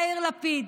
יאיר לפיד,